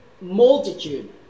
multitude